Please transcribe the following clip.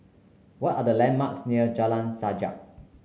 what are the landmarks near Jalan Sajak